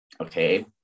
Okay